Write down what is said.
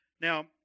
Now